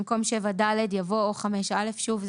במקום "7(ד)" יבוא "5א"; שוב,